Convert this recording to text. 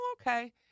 okay